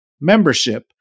Membership